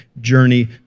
journey